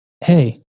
Hey